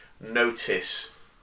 notice